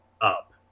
up